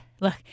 look